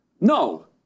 No